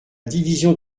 division